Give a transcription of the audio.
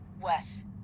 Wes